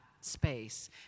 space